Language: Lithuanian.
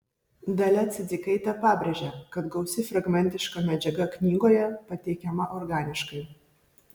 dalia cidzikaitė pabrėžė kad gausi fragmentiška medžiaga knygoje pateikiama organiškai